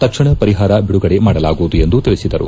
ತಕ್ಷಣ ಪರಿಹಾರ ಬಿಡುಗಡೆ ಮಾಡಲಾಗುವುದು ಎಂದು ತಿಳಿಸಿದರು